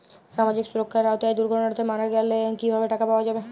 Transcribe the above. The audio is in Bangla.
সামাজিক সুরক্ষার আওতায় দুর্ঘটনাতে মারা গেলে কিভাবে টাকা পাওয়া যাবে?